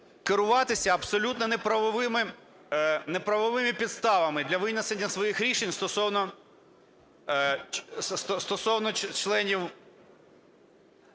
керуватися абсолютно неправовими підставами для винесення своїх рішень стосовно членів